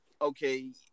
okay